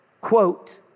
quote